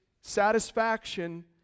satisfaction